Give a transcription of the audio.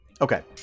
Okay